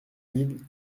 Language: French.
mille